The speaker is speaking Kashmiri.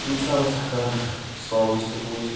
اِنسان اوس ہٮ۪کان سونٛگٕس تہِ بوٗزِتھ